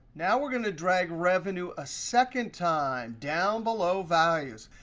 now, we're going to drag revenue a second time down below values.